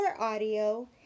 audio